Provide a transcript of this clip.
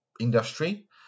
industry